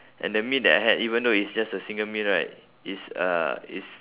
and the meal that I had even though it's just a single meal right it's uh it's